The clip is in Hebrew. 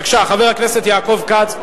בבקשה, חבר הכנסת יעקב כץ.